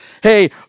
Hey